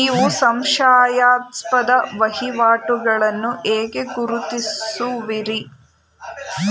ನೀವು ಸಂಶಯಾಸ್ಪದ ವಹಿವಾಟುಗಳನ್ನು ಹೇಗೆ ಗುರುತಿಸುವಿರಿ?